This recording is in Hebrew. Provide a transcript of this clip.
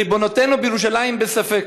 וריבונותנו בירושלים בספק.